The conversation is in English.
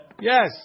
yes